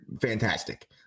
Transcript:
fantastic